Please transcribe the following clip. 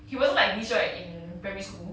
he wasn't like this right in primary school